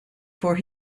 for